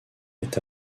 est